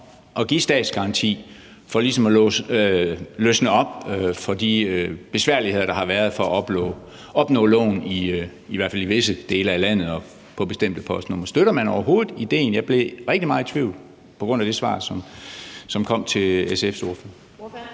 at give statsgaranti for ligesom at løsne op for de besværligheder, der har været i forbindelse med at opnå lån i visse dele af landet med bestemte postnumre. Støtter man overhovedet idéen? Jeg kom rigtig meget i tvivl om det på grund af det svar, der blev givet til SF's ordfører.